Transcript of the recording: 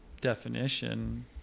definition